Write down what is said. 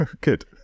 Good